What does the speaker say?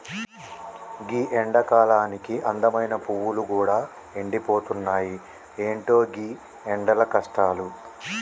గీ ఎండకాలానికి అందమైన పువ్వులు గూడా ఎండిపోతున్నాయి, ఎంటో గీ ఎండల కష్టాలు